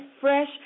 fresh